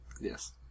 yes